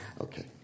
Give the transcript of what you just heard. Okay